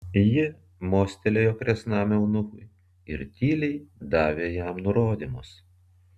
ji mostelėjo kresnam eunuchui ir tyliai davė jam nurodymus